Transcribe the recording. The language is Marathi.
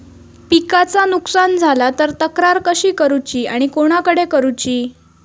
पिकाचा नुकसान झाला तर तक्रार कशी करूची आणि कोणाकडे करुची?